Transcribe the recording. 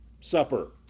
Supper